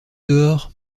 dehors